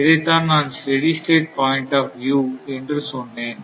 இதைத்தான் நான் steady state point of view என்று சொன்னேன்